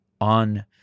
on